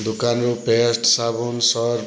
ଦୋକାନରୁ ପେଷ୍ଟ ସାବୁନ ସର୍ପ